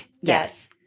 Yes